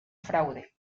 fraude